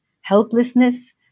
helplessness